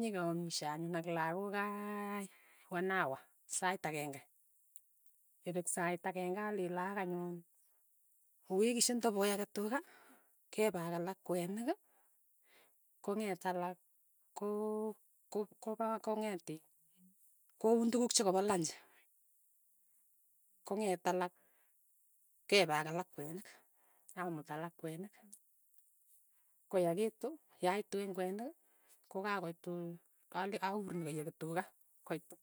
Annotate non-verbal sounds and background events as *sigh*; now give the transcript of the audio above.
Nyekeamishe anyun ak lakokaiii, wan hawa, sait akenge, yepek sait akeng'e alei laak anyun, okeer is sintopoyake tuka kepe ak alak kwenik, kong'et alak ko- kop kopa kong'et in kouun tukuk chekapa lanchi, kong'et alak kepe ak alak kwenik, amut alak kwenik, ko yakiitu, yaitu eng' kwenik, kokakoit tuy, kal *unintelligible* iyaki tuka, koitu,